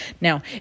Now